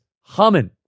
humming